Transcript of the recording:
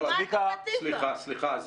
סליחה, סליחה.